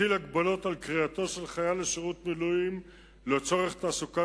הטיל הגבלות על קריאתו של חייל לשירות מילואים לצורך תעסוקה